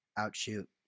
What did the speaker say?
outshoot